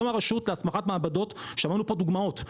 היום הרשות להסמכת מעבדות, שמענו פה דוגמאות,